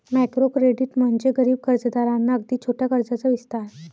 micro credit म्हणजे गरीब कर्जदारांना अगदी छोट्या कर्जाचा विस्तार